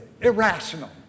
irrational